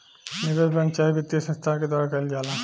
निवेश बैंक चाहे वित्तीय संस्थान के द्वारा कईल जाला